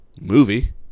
movie